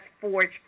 forge